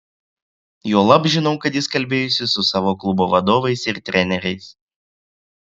juolab žinau kad jis kalbėjosi su savo klubo vadovais ir treneriais